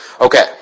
Okay